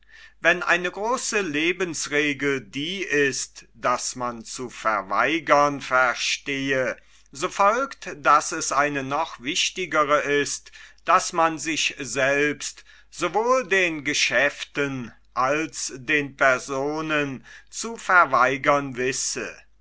wenn eine große lebensregel die ist daß man zu verweigern verstehe so folgt daß es eine noch wichtigere ist daß man sich selbst sowohl den geschäften als den personen zu verweigern wisse